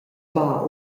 far